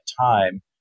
time